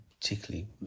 particularly